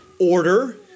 order